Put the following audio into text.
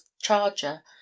charger